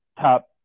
top